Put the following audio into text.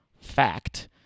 fact